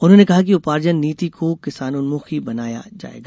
उन्होंने कहा कि उपार्जन नीति को किसानोन्मुखी बनाया जायेगा